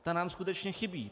Ta nám skutečně chybí.